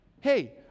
Hey